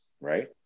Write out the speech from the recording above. Right